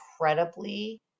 incredibly